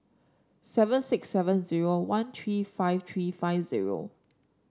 seven six seven zero one three five three five zero